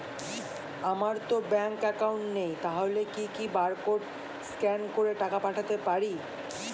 আমারতো bank account নেই তাহলে কি কি বারকোড স্ক্যান করে টাকা পাঠাতে পারি?